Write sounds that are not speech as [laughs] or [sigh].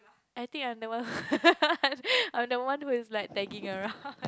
I think I'm the one [laughs] I'm the one who is like tagging around